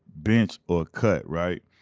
bench or cut, right.